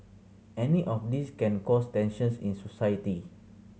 any of these can cause tensions in society